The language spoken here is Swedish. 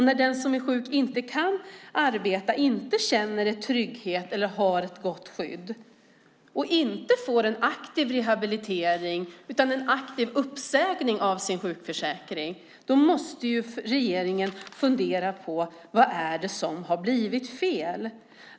När den som är sjuk inte kan arbeta, inte känner en trygghet, inte har ett gott skydd och inte får en aktiv rehabilitering utan en aktiv uppsägning av sin sjukförsäkring måste regeringen fundera på vad det är som har blivit fel.